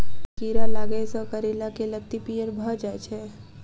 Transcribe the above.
केँ कीड़ा लागै सऽ करैला केँ लत्ती पीयर भऽ जाय छै?